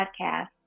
podcast